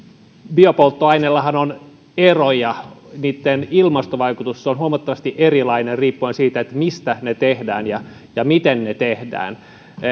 biopolttoaineissahan on eroja niitten ilmastovaikutus on huomattavasti erilainen riippuen siitä mistä ne tehdään ja ja miten ne ne tehdään onko teillä pohdintaa siitä